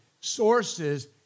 sources